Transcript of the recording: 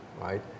right